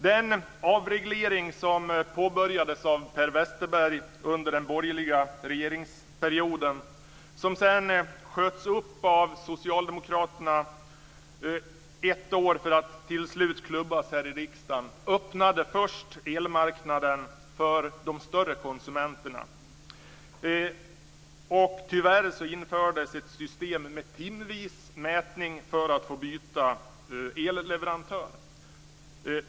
Den avreglering som påbörjades av Per Westerberg under den borgerliga regeringsperioden, och som sedan sköts upp av Socialdemokraterna ett år, för att till slut klubbas här i riksdagen öppnade först elmarknaden för de större konsumenterna. Tyvärr infördes ett system med timvis mätning för att få byta elleverantör.